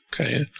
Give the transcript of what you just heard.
Okay